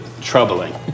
troubling